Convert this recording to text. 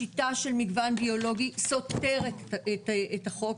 השיטה של מגוון ביולוגי סותרת את החוק